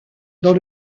dans